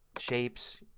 shapes,